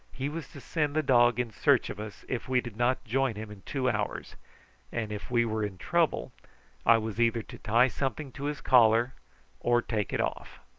he was to send the dog in search of us if we did not join him in two hours and if we were in trouble i was either to tie something to his collar or take it off.